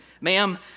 Ma'am